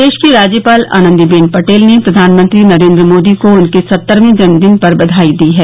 प्रदेश की राज्यपाल आनन्दी बेन पटेल ने प्रधानमंत्री नरेन्द्र मोदी को उनके सत्तरवें जन्मदिन पर बधाई दी हैं